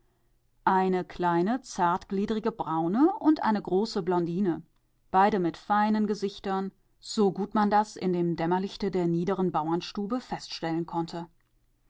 eine kleine zartgliedrige braune und eine große blondine beide mit feinen gesichtern so gut man das in dem dämmerlichte der niederen bauernstube feststellen konnte